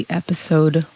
episode